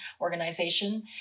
organization